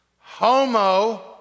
homo